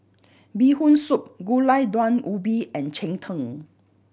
Bee Hoon Soup Gulai Daun Ubi and cheng tng